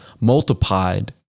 multiplied